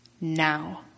now